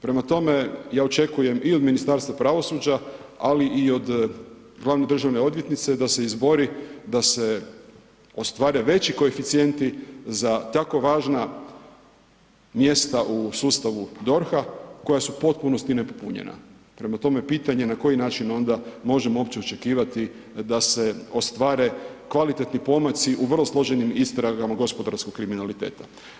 Prema tome, ja očekujem i od Ministarstva pravosuđa ali i od glavne državne odvjetnice da se izbori da se ostvare veći koeficijenti za tako važna mjesta u sustavu DORH-a koja su u potpunosti nepotpunjena, prema tome pitanje na koji način onda možemo uopće očekivati da se ostvare kvalitetni pomaci u vrlo složenim istragama gospodarskog kriminaliteta.